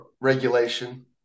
regulation